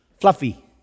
fluffy